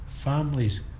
families